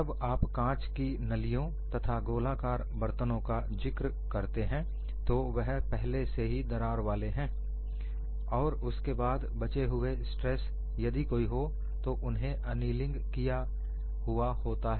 जब आप कांच की नलियों तथा गोलाकार बर्तनों का जिक्र करते हैं तो वह पहले से ही दरार वाले हैं और उसके बाद बचे हुए स्ट्रेस यदि कोई हो तो उन्हें अनिलिंग किया हुआ होता है